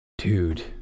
Dude